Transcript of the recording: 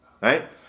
Right